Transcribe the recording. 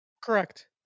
Correct